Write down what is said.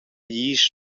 glisch